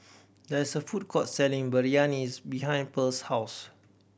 there is a food court selling Biryani behind Pearl's house